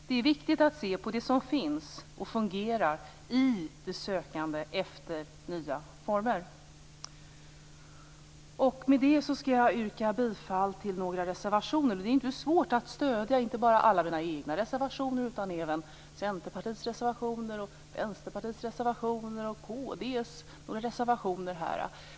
Det är viktigt att se på det som finns - och som fungerar - i sökandet efter nya former. Med det skall jag yrka bifall till några reservationer. Det är inte svårt att stödja inte bara alla mina egna reservationer utan även Centerpartiets reservationer, Vänsterpartiets reservationer och kd:s reservationer.